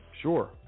Sure